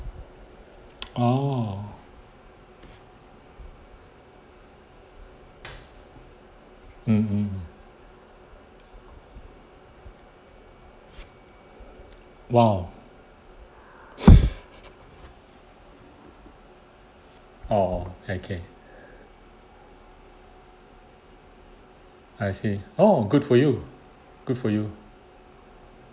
ah mm mm !wow! oh okay I see oh good for you